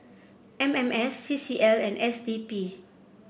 M M S C C L and S D P